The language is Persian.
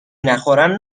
نخورم